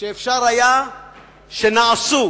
שאפשר שנעשו